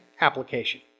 application